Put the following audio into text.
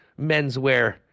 menswear